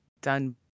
done